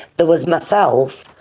there was myself,